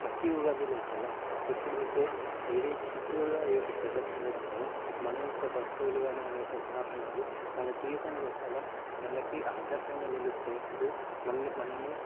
ప్రతి ఉగాది లోపల ఎప్పుడైతే దేవీ చుట్టూరా ఈ యొక్క ప్రదక్షణ చేస్తామో మన యొక్క వస్తువులు గానీ మన యొక్క వాహనాలు మన జీవితం లోపల మనకి ఆదర్శంగా నిలుస్తారు ఆరు మన్ మనని